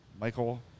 Michael